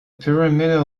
pyramidal